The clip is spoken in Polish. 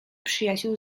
przyjaciół